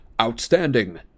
outstanding